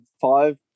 five